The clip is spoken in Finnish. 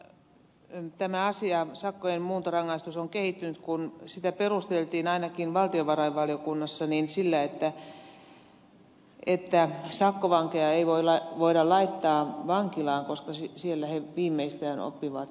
on mielenkiintoista seurata kuinka tämä asia sakkojen muuntorangaistus on kehittynyt kun sitä perusteltiin ainakin valtiovarainvaliokunnassa sillä että sakkovankeja ei voida laittaa vankilaan koska siellä he viimeistään oppivat rikollisiksi